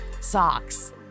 socks